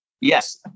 yes